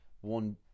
one